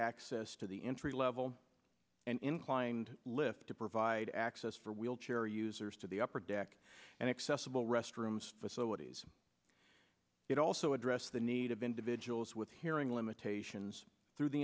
access to the entry level and inclined lift to provide access for wheelchair users to the upper deck and accessible restrooms facilities it also address the need of individuals with hearing limitations through the